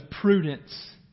prudence